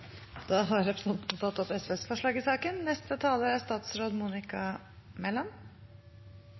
Da har representanten Petter Eide tatt opp SVs forslag i saken.